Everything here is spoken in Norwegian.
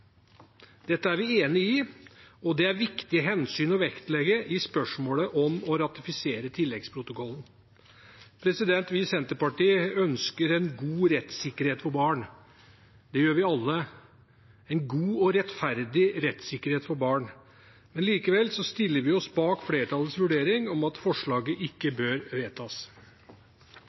Dette er vi enig i, og det er viktige hensyn å vektlegge i spørsmålet om å ratifisere tilleggsprotokollen. Vi i Senterpartiet ønsker en god rettssikkerhet for barn, og det gjør vi alle – en god og rettferdig rettssikkerhet for barn. Men likevel stiller vi oss bak flertallets vurdering om at forslaget ikke bør vedtas.